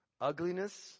Ugliness